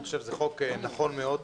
אני חושב שזה חוק נכון מאוד,